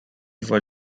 for